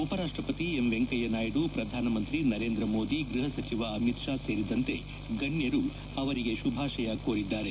ಉಪರಾಷ್ಟಪತಿ ಎಂ ವೆಂಕಯ್ಯನಾಯ್ಲು ಪ್ರಧಾನಮಂತ್ರಿ ನರೇಂದ್ರಮೋದಿ ಗ್ಬಹಸಚಿವ ಅಮಿತ್ ಶಾ ಸೇರಿದಂತೆ ಗಣ್ಯರು ಅವರಿಗೆ ಶುಭಾಶಯ ಕೋರಿದ್ದಾರೆ